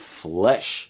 flesh